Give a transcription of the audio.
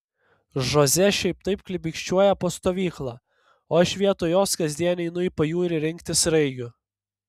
žoze šiaip taip klibikščiuoja po stovyklą o aš vietoj jos kasdien einu į pajūrį rinkti sraigių